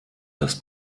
das